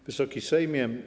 Wysoki Sejmie!